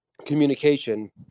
Communication